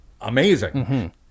amazing